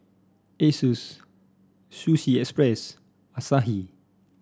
Asus Sushi Express Asahi